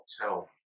tell